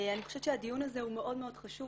אני חושבת שהדיון הזה הוא מאוד מאוד חשוב,